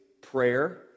prayer